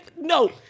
No